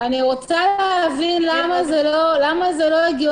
אני רוצה להבין למה זה לא הגיוני,